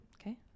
Okay